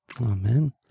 Amen